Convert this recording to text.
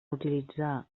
utilitzar